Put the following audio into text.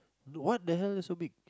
what the hell so big